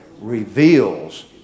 reveals